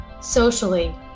socially